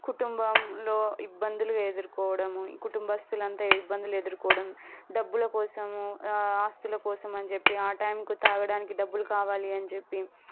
కుటుంబంలో ఇబ్బందులు ఎదుర్కోవడము ఈ కుటుంబస్తులంత ఇబ్బందులు ఎదుర్కోవడం డబ్బుల కోసము ఆస్తుల కోసమని చెప్పి ఆ టైంకు తాగడానికి డబ్బులు కావాలి అని చెప్పి